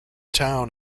town